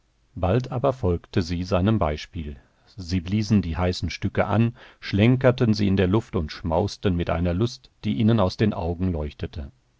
bald aber folgte sie seinem beispiel sie bliesen die heißen stücke an schlenkerten sie in der luft und schmausten mit einer lust die ihnen aus den augen leuchtete